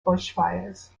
bushfires